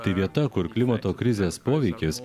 tai vieta kur klimato krizės poveikis